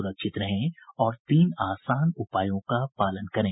सुरक्षित रहें और इन तीन आसान उपायों का पालन करें